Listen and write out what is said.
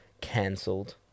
cancelled